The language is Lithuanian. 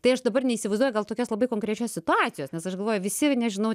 tai aš dabar neįsivaizduoju gal tokios labai konkrečios situacijos nes aš galvoju visi nežinau